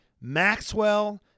Maxwell